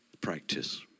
Practice